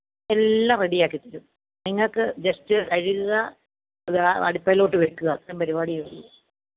എല്ലാം റെഡിയാക്കി തരും നിങ്ങൾക്ക് ജസ്റ്റ് കഴുകുക അത് അടുപ്പേലോട്ട് വെക്കുക അത്രയും പരിപാടിയെ ഉള്ളൂ